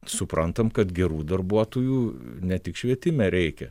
suprantam kad gerų darbuotojų ne tik švietime reikia